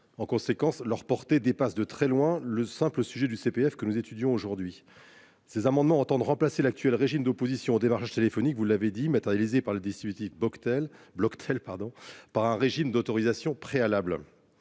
En conséquence, leur portée dépasse de très loin le simple au sujet du CPF que nous étudions aujourd'hui ces amendements entendent remplacer l'actuel régime d'opposition au démarchage téléphonique, vous l'avez dit matérialisée par le dispositif tel Bloctel pardon, par un régime d'autorisation préalable.